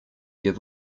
give